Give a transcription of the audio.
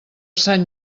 sant